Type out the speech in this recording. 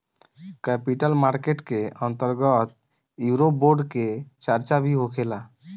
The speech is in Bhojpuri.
कैपिटल मार्केट के अंतर्गत यूरोबोंड के चार्चा भी होखेला